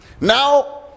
now